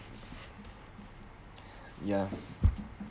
yeah